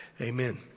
Amen